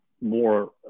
more